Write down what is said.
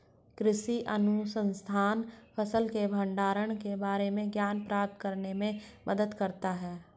कृषि अनुसंधान फसल के भंडारण के बारे में ज्ञान प्राप्त करने में मदद करता है